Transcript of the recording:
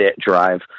drive